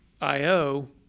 IO